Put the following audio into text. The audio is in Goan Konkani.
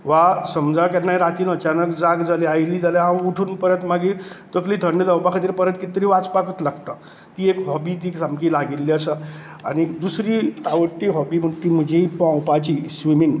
वा समजा रातीन केन्नाय अचानक जाग जाली आयली जाल्यार हांव उठून परत मागीर तकली थंड जावपाक खातीर परत किते तरी वाचपाकूच लागतां ती एक हाॅबी ती सामकीं लागिल्ली आसा आनी दुसरी आवडटी हाॅबी म्हणटा ती म्हजी पोंवपाची स्विमींग